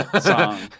song